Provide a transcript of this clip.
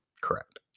Correct